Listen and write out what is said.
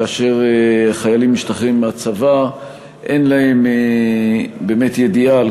כאשר חיילים משתחררים מהצבא אין להם באמת ידיעה על